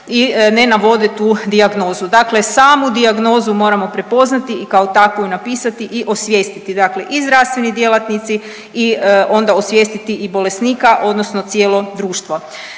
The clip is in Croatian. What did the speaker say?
i ne navode tu dijagnozu. Dakle, samu dijagnozu moramo prepoznati i kao takvu je napisati i osvijestiti i zdravstvene djelatnici i onda osvijestiti i bolesnika odnosno cijelo društvo.